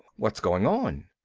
what's going on?